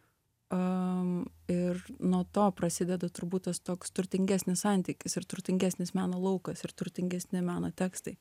a ir nuo to prasideda turbūt tas toks turtingesnis santykis ir turtingesnis meno laukas ir turtingesni meno tekstai